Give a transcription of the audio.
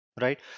right